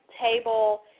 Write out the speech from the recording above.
table